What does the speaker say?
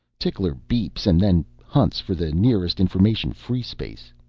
tickler beeps and then hunts for the nearest information-free space.